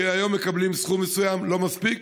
כי היום מקבלים סכום מסוים, לא מספיק,